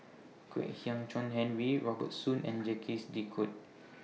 Kwek Hian Chuan Henry Robert Soon and Jacques De Coutre